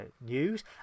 news